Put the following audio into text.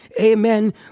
amen